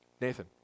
Nathan